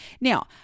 Now